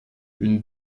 une